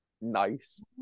Nice